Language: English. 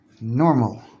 normal